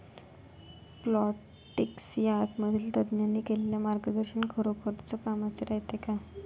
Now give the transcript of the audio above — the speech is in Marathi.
प्लॉन्टीक्स या ॲपमधील तज्ज्ञांनी केलेली मार्गदर्शन खरोखरीच कामाचं रायते का?